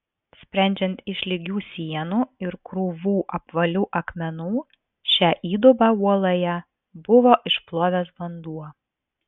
sprendžiant iš lygių sienų ir krūvų apvalių akmenų šią įdubą uoloje buvo išplovęs vanduo